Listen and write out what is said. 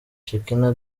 shekinah